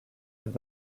did